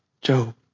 Job